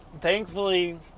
thankfully